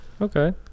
okay